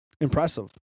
Impressive